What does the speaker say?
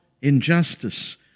injustice